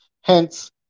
Hence